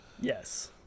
Yes